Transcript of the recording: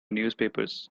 newspapers